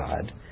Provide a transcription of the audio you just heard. God